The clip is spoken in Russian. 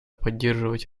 поддерживать